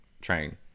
train